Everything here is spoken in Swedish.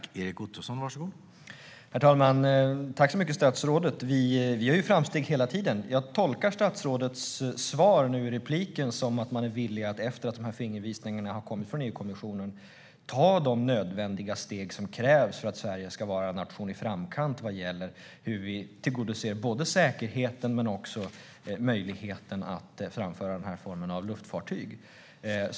Herr talman! Jag tackar statsrådet för detta. Vi gör framsteg hela tiden. Jag tolkar statsrådets svar i det senaste anförandet som att man, efter att det har kommit en fingervisning från EU-kommissionen, är villig att ta de nödvändiga steg som krävs för att Sverige ska vara en nation i framkant vad gäller hur vi tillgodoser både säkerheten och möjligheten att framföra denna form av luftfartyg.